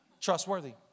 Trustworthy